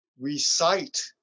recite